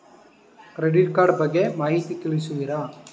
Credit card ಬಗ್ಗೆ ಮಾಹಿತಿ ತಿಳಿಸುವಿರಾ?